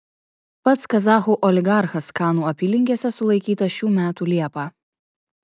pats kazachų oligarchas kanų apylinkėse sulaikytas šių metų liepą